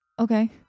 Okay